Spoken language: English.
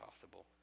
possible